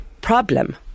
problem